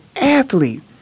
athlete